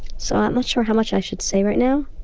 so i'm not sure how much i should say right now,